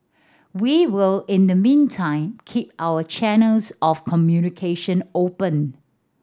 we will in the meantime keep our channels of communication open